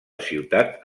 ciutat